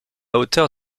hauteur